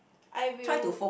I will